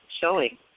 showing